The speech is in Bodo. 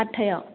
आदथायाव